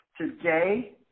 Today